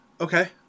okay